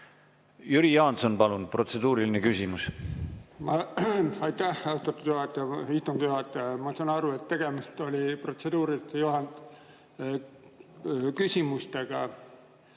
Jüri Jaanson, palun! Protseduuriline küsimus.